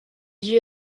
due